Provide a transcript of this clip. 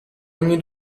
ogni